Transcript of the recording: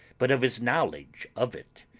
but of his knowledge of it.